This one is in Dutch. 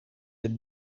het